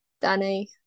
Danny